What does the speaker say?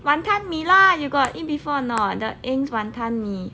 wanton mee lah you got eat before or not the eng's wanton mee